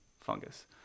fungus